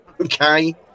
Okay